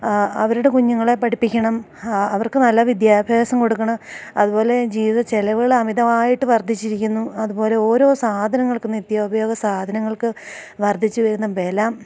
ആ അവരുടെ കുഞ്ഞുങ്ങളെ പഠിപ്പിക്കണം അവർക്ക് നല്ല വിദ്യാഭ്യാസം കൊടുക്കണം അതു പോലെ ജീവിത ചിലവുകളമിതമായിട്ട് വർദ്ധിച്ചിരിക്കുന്നു അതു പോലെ ഓരോ സാധനങ്ങൾക്ക് നിത്യോപയോഗ സാധനങ്ങൾക്ക് വർദ്ധിച്ചു വരുന്ന ബലം